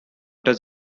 does